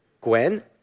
Gwen